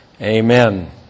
Amen